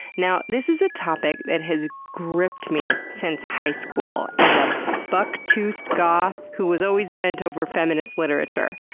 now, this is a topic that has gripped me since high school as a buck-toothed goth who was always bent over feminist literature.